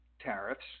tariffs